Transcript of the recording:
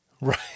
Right